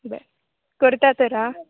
बरें करता तर आं बरें